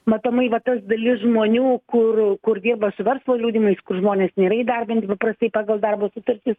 matomai va ta dalis žmonių kur kur dirba su verslo liudijimais kur žmonės nėra įdarbinti paprastai pagal darbo sutartį